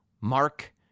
mark